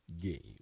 Game